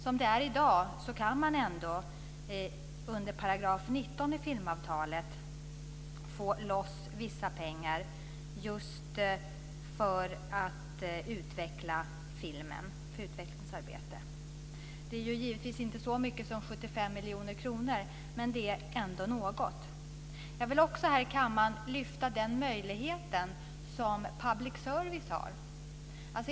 Som det är i dag kan man ändå under § 19 i filmavtalet få loss vissa pengar just för utvecklingsarbete inom filmen. Det är givetvis inte så mycket som 75 miljoner kronor, men det är ändå något. Jag vill också här i kammaren lyfta fram den möjlighet som public service har.